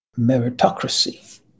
meritocracy